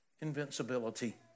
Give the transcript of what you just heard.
invincibility